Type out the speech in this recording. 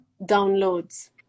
downloads